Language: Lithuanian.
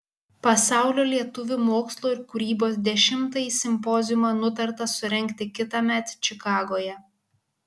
pasaulio lietuvių mokslo ir kūrybos dešimtąjį simpoziumą nutarta surengti kitąmet čikagoje